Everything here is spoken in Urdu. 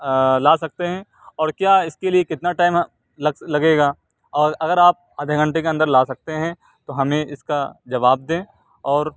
لا سکتے ہیں اور کیا اس کے لیے کتنا ٹائم لگ سک لگے گا اور اگر آپ آدھے گھنٹے کے اندر لا سکتے ہیں تو ہمیں اس کا جواب دیں اور